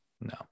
No